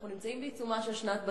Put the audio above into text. אנחנו נמצאים בעיצומה של שנת בצורת.